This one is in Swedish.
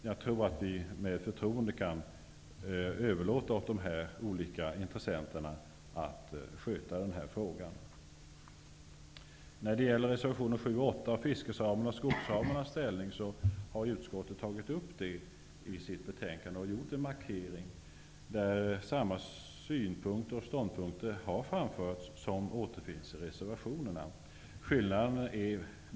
Jag tror att vi med förtroende kan överlåta till dessa intressenter att sköta frågan. Utskottet har i sitt betänkande tagit upp reservationerna 7 och 8 som behandlar fiskesamernas och skogssamernas ställning. Utskottet har markerat att samma synpunkter och ståndpunkter som återfinns i reservationerna har framförts.